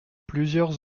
plusieurs